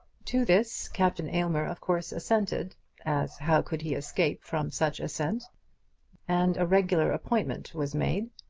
to this captain aylmer, of course, assented as how could he escape from such assent and a regular appointment was made.